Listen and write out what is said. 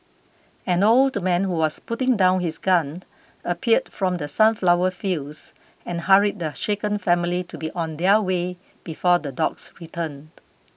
an old man who was putting down his gun appeared from the sunflower fields and hurried the shaken family to be on their way before the dogs return